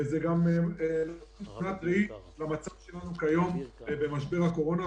וזה גם --- למצב שלנו כיום במשבר הקורונה.